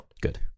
Good